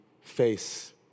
face